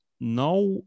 now